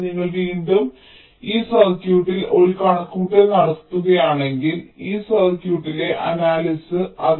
അതിനാൽ നിങ്ങൾ വീണ്ടും ഈ സർക്യൂട്ടിൽ ഒരു കണക്കുകൂട്ടൽ നടത്തുകയാണെങ്കിൽ ഈ സർക്യൂട്ടിലെ അനാലിസിസ്